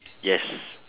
yes